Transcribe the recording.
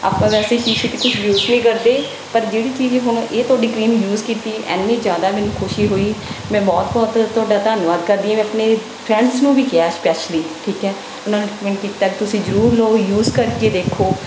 ਆਪਾਂ ਵੈਸੇ ਕੁਝ ਯੂਜ਼ ਨਹੀਂ ਕਰਦੇ ਪਰ ਜਿਹੜੀ ਚੀਜ਼ ਹੁਣ ਇਹ ਤੁਹਾਡੀ ਕ੍ਰੀਮ ਯੂਜ਼ ਕੀਤੀ ਇੰਨੀ ਜ਼ਿਆਦਾ ਮੈਨੂੰ ਖੁਸ਼ੀ ਹੋਈ ਮੈਂ ਬਹੁਤ ਬਹੁਤ ਤੁਹਾਡਾ ਧੰਨਵਾਦ ਕਰਦੀ ਹਾਂ ਵੀ ਆਪਣੇ ਫਰੈਂਡਸ ਨੂੰ ਵੀ ਕਿਹਾ ਸਪੈਸ਼ਲੀ ਠੀਕ ਹੈ ਉਹਨਾਂ ਨੂੰ ਰਕਮੈਡ ਕੀਤਾ ਹੈ ਤੁਸੀਂ ਜ਼ਰੂਰ ਲਓ ਯੂਜ਼ ਕਰਕੇ ਦੇਖੋ